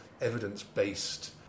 evidence-based